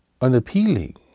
unappealing